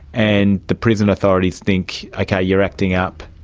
and the prison authorities think, okay, you're acting up,